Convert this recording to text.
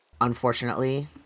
unfortunately